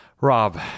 Rob